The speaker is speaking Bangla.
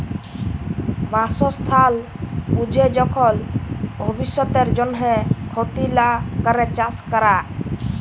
বাসস্থাল বুঝে যখল ভব্যিষতের জন্হে ক্ষতি লা ক্যরে চাস ক্যরা